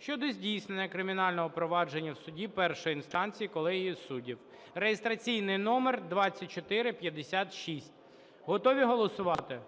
щодо здійснення кримінального провадження в суді першої інстанції колегією суддів (реєстраційний номер 2456). Готові голосувати?